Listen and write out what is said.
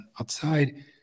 outside